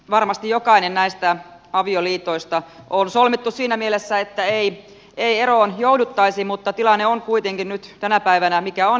varmasti jokainen näistä avioliitoista on solmittu siinä mielessä että ei eroon jouduttaisi mutta tilanne on kuitenkin nyt tänä päivänä mikä on